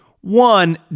One